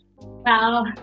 Wow